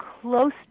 close